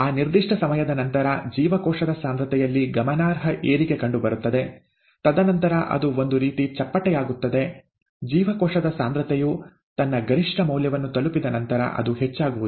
ಆ ನಿರ್ದಿಷ್ಟ ಸಮಯದ ನಂತರ ಜೀವಕೋಶದ ಸಾಂದ್ರತೆಯಲ್ಲಿ ಗಮನಾರ್ಹ ಏರಿಕೆ ಕಂಡುಬರುತ್ತದೆ ತದನಂತರ ಅದು ಒಂದು ರೀತಿ ಚಪ್ಪಟೆಯಾಗುತ್ತದೆ ಜೀವಕೋಶದ ಸಾಂದ್ರತೆಯು ತನ್ನ ಗರಿಷ್ಠ ಮೌಲ್ಯವನ್ನು ತಲುಪಿದ ನಂತರ ಅದು ಹೆಚ್ಚಾಗುವುದಿಲ್ಲ